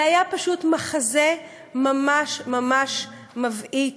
זה היה פשוט מחזה ממש ממש מבעית,